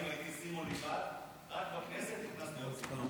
החיים הייתי סימון לבד, ורק בכנסת נכנס עוד